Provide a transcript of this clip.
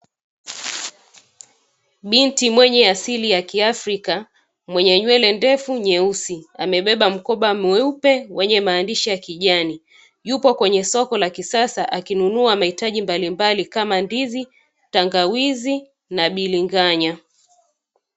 Binti mwenye asili ya kiafrika, mwenye nywele ndefu nyeusi amebeba mkoba mweupe wenye maandishi ya kijani, yupo kwenye soko la kisasa akinunua mahitaji mbalimbali kama ndizi, tangawizi na biringanya.